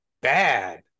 bad